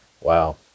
wow